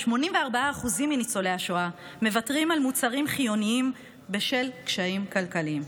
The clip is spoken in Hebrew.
ו-84% מניצולי השואה מוותרים על מוצרים חיוניים בשל קשיים כלכליים.